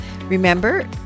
Remember